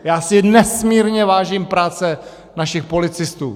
Já si nesmírně vážím práce našich policistů.